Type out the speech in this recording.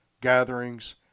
gatherings